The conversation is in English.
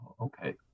Okay